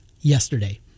yesterday